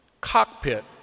cockpit